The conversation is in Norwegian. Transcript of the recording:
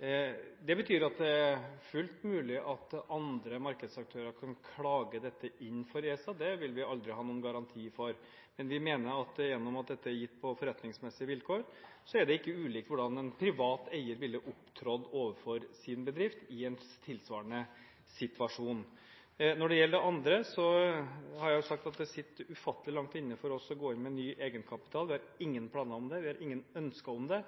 Det betyr at det er fullt mulig at andre markedsaktører kan klage dette inn for ESA – det vil vi aldri ha noen garanti for. Men vi mener at siden dette er gitt på forretningsmessige vilkår, er det ikke ulikt hvordan en privat eier ville opptrådt overfor sin bedrift i en tilsvarende situasjon. Når det gjelder det andre, har jeg sagt at det sitter ufattelig langt inne for oss å gå inn med ny egenkapital. Vi har ingen planer om det, vi har ingen ønsker om det,